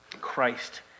Christ